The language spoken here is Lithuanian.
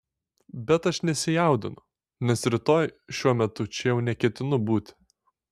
bet aš nė nesijaudinu nes rytoj šiuo metu čia jau neketinu būti